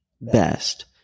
best